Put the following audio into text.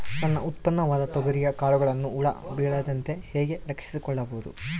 ನನ್ನ ಉತ್ಪನ್ನವಾದ ತೊಗರಿಯ ಕಾಳುಗಳನ್ನು ಹುಳ ಬೇಳದಂತೆ ಹೇಗೆ ರಕ್ಷಿಸಿಕೊಳ್ಳಬಹುದು?